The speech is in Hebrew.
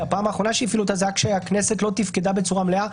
שהפעם האחרונה שהפעילו אותה זה היה כשהכנסת לא תפקדה בצורה מלאה,